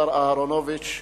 השר אהרונוביץ,